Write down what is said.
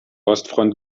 ostfront